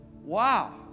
wow